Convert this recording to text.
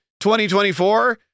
2024